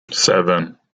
seven